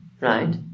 right